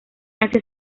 asia